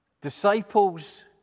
Disciples